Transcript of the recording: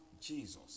Jesus